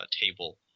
table